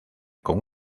con